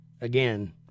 Again